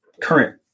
current